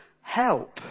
help